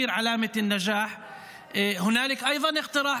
במהירות --- סימון, אתה כמו שדר ספורט.